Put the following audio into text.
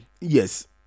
Yes